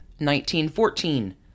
1914